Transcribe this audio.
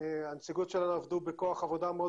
שהנציגויות שלנו עבדו בכוח עבודה מאוד